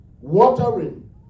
watering